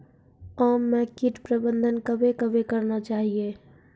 आम मे कीट प्रबंधन कबे कबे करना चाहिए?